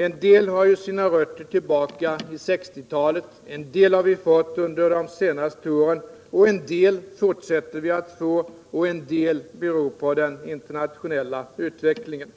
En del har sina rötter tillbaka i 1960-talet, en del har vi fått under de senaste åren, en del fortsätter vi att få och en del beror på den internationella utvecklingen.